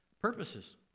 purposes